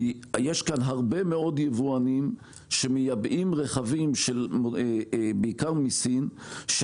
יש כאן הרבה מאוד יבואנים שמייבאים רכבים בעיקר מסין,